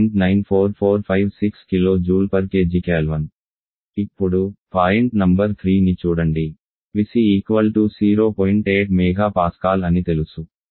94456 kJkgK ఇప్పుడు point number 3ని చూడండి PC 0